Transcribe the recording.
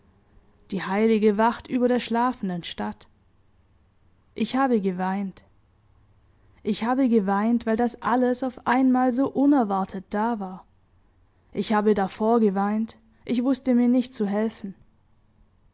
die heilige wacht über der schlafenden stadt ich habe geweint ich habe geweint weil das alles auf einmal so unerwartet da war ich habe davor geweint ich wußte mir nicht zu helfen